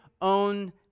own